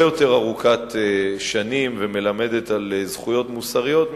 יותר ארוכת שנים ומלמדת על זכויות מוסריות,